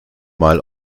mal